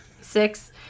six